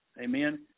Amen